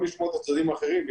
לשמוע את הצדדים האחרים,